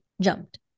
Jumped